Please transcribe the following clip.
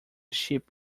sheep